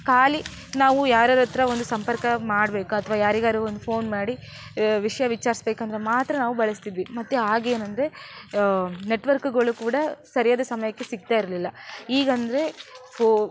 ಖಾಲಿ ನಾವು ಯಾರಾರತ್ತಿರ ಒಂದು ಸಂಪರ್ಕ ಮಾಡ್ಬೇಕಾ ಅಥವಾ ಯಾರಿಗಾದ್ರು ಒಂದು ಫೋನ್ ಮಾಡಿ ವಿಷಯ ವಿಚಾರಿಸ್ಬೇಕಂದ್ರೆ ಮಾತ್ರ ನಾವು ಬಳಸ್ತಿದ್ವಿ ಮತ್ತು ಆಗೇನೆಂದ್ರೆ ನೆಟ್ವರ್ಕ್ಗಳು ಕೂಡ ಸರಿಯಾದ ಸಮಯಕ್ಕೆ ಸಿಗ್ತಾ ಇರಲಿಲ್ಲ ಈಗೆಂದ್ರೆ ಫೋ